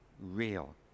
real